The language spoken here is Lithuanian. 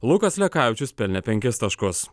lukas lekavičius pelnė penkis taškus